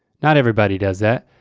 not everybody does that.